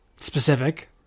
Specific